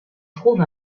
trouve